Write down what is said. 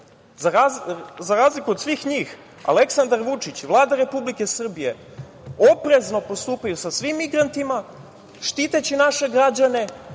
razliku od svih njih Aleksandar Vučić, Vlada Republike Srbije, oprezno postupaju sa svim migrantima, štiteći naše građane